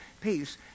peace